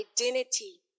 identity